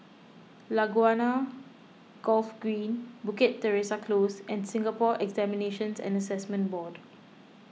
Laguna Golf Green Bukit Teresa Close and Singapore Examinations and Assessment Board